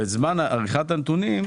בזמן עריכת הנתונים,